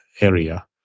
area